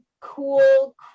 cool